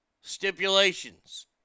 stipulations